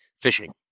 fishing